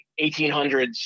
1800s